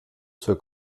zur